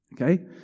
okay